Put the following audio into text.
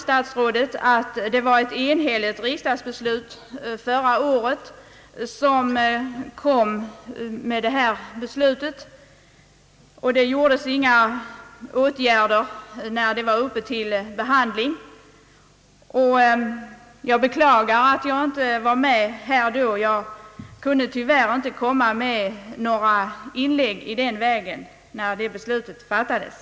Statsrådet framhöll att riksdagsbeslutet förra året i denna fråga var enhälligt och att det inte gjordes några invändningar när frågan i fjol var föremål för behandling i riksdagen. Jag beklagar att jag inte var här då. Jag kunde tyvärr inte göra några inlägg i frågan när beslutet fattades.